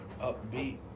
upbeat